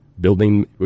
building